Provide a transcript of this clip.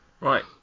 Right